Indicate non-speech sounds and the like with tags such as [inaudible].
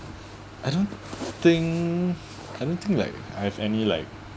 I don't think [breath] I don't think like I have any like